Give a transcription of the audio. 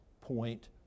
point